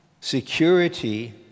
Security